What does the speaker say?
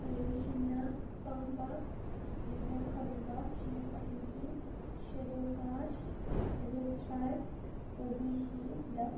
ꯃꯍꯩꯔꯣꯏꯁꯤꯡꯅ ꯐꯪꯕ ꯑꯩꯅ ꯈꯪꯕꯁꯤꯡ ꯑꯗꯨꯗꯤ schedule caste schedule tribe O B C ꯗ